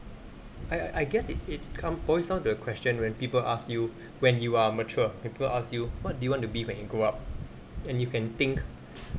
I I I guess it is come boils down the question when people ask you when you are mature people ask you what do you want to be when you grow up and you can think